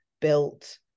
built